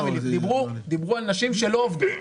דיברו על נשים שלא עובדות.